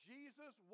Jesus